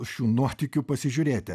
šių nuotykių pasižiūrėti